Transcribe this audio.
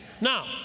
Now